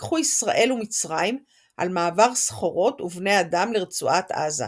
פיקחו ישראל ומצרים על מעבר סחורות ובני אדם לרצועת עזה.